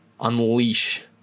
unleash